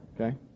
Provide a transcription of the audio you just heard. okay